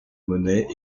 monnaie